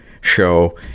show